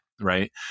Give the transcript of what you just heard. right